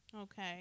Okay